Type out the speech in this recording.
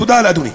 תודה לאדוני.